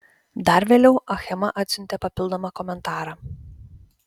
dar vėliau achema atsiuntė papildomą komentarą